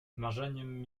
marzeniem